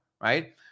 right